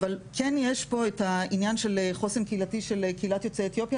אבל כן יש פה את העניין של חוסן קהילתי של קהילת יוצאי אתיופיה.